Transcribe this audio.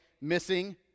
missing